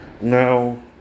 Now